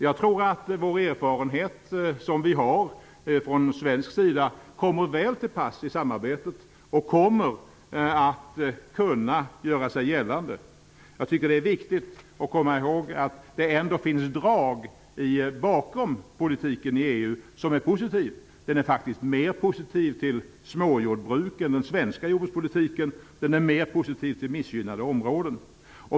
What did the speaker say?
Jag tror att den erfarenhet som vi har från svensk sida kommer väl till pass i samarbetet och att den kommer att kunna göra sig gällande. Jag tycker att det är viktigt att komma ihåg att det ändå finns drag i EU:s politik som är positiva. Den är faktiskt mer positiv till småjordbruk än den svenska jordbrukspolitiken. Den är mer positiv till missgynnade områden.